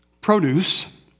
Produce